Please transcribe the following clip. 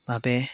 ভাৱে